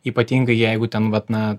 ypatingai jeigu ten vat na